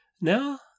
Now